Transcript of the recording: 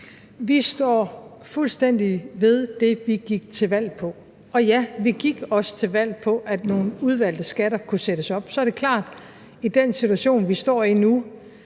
Vi står fuldstændig ved det, vi gik til valg på. Og ja, vi gik også til valg på, at nogle udvalgte skatter kunne sættes op. Så er det klart, at i den situation, vi står i nu,